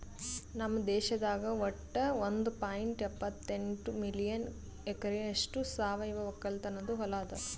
ನಮ್ ದೇಶದಾಗ್ ವಟ್ಟ ಒಂದ್ ಪಾಯಿಂಟ್ ಎಪ್ಪತ್ತೆಂಟು ಮಿಲಿಯನ್ ಎಕರೆಯಷ್ಟು ಸಾವಯವ ಒಕ್ಕಲತನದು ಹೊಲಾ ಅದ